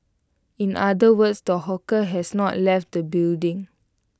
in other words the hawker has not left the building